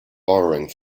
borrowing